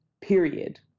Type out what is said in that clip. period